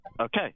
Okay